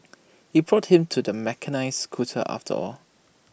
he bought him to the mechanised scooter after all